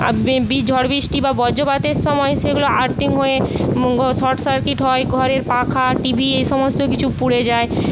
আর ঝড় বৃষ্টি বা বজ্রপাতের সময় সেগুলো আরদিং হয়ে শর্ট সার্কিট হয় ঘরের পাখা টিভি এই সমস্ত কিছু পুড়ে যায়